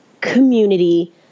community